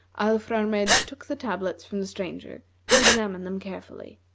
alfrarmedj took the tablets from the stranger and examined them carefully.